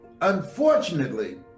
unfortunately